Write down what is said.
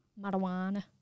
marijuana